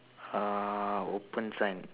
uh open sign